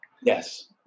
Yes